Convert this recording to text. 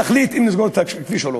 נחליט אם לסגור את הכביש או לא.